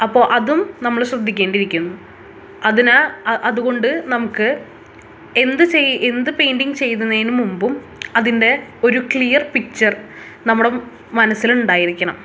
അപ്പോൾ അതും നമ്മൾ ശ്രദ്ധിക്കേണ്ടി ഇരിക്കുന്നു അതിന് അതുകൊണ്ട് നമുക്ക് എന്ത് എന്ത് പെയിൻ്റിങ് ചെയ്യുന്നതിന് മുമ്പും അതിൻ്റെ ഒരു ക്ലിയർ പിക്ചർ നമ്മുടെ മനസ്സിലുണ്ടായിരിക്കണം